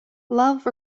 love